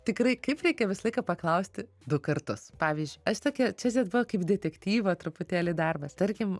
tikrai kaip reikia visą laiką paklausti du kartus pavyzdžiui aš tokia čia buvo kaip detektyvo truputėlį darbas tarkim